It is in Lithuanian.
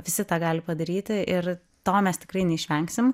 visi tą gali padaryti ir to mes tikrai neišvengsim